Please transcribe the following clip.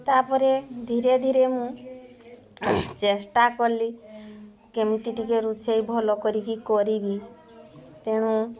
ତା'ପରେ ଧୀରେ ଧୀରେ ମୁଁ ଚେଷ୍ଟା କଲି କେମିତି ଟିକିଏ ରୋଷେଇ ଭଲ କରିକି କରିବି ତେଣୁ